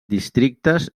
districtes